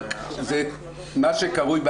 זה מה שקרוי,